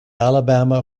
alabama